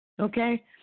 Okay